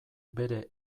bere